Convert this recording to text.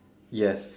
yes